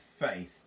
faith